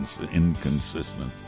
inconsistent